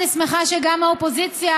אני שמחה שגם האופוזיציה,